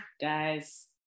Guys